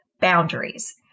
boundaries